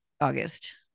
august